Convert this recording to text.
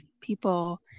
people